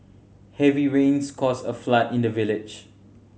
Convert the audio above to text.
heavy rains caused a flood in the village